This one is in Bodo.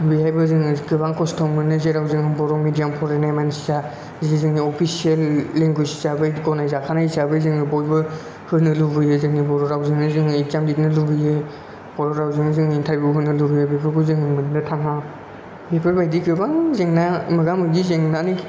बेहायबो जोङो गोबां खस्थ' मोनो जेराव जों बर' मेदियाम फरायनाय मानसिया जि जोंनि अफिसियेल लेंगुएस हिसाबै गनाय जाखानाय हिसाबै जोङो बयबो होनो लुबैयो जोंनि बर' रावजोंनो जों इखजाम लिरनो लुगैयो बर' रावजोंनो जोङो इन्थारबिउ होनो लुगैयो बेफोरखौ जों मोननो थाङा बेफोरबायदि गोबां जेंना मोगा मोगि जेंनानि